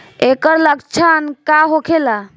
ऐकर लक्षण का होखेला?